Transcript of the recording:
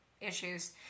issues